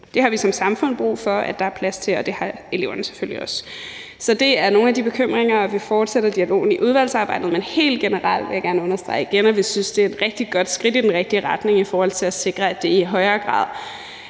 Det har vi som samfund brug for at der er plads til, og det har eleverne selvfølgelig også. Så det er nogle af de bekymringer, vi har, og vi fortsætter dialogen i udvalgsarbejdet. Men helt generelt vil jeg gerne understrege igen, at vi synes, det er et rigtig godt skridt i den rigtige retning i forhold til at sikre, at det i højere grad